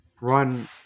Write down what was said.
run